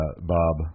Bob